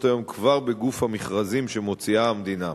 היום כבר בגוף המכרזים שמוציאה המדינה.